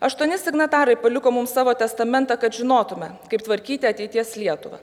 aštuoni signatarai paliko mums savo testamentą kad žinotume kaip tvarkyti ateities lietuvą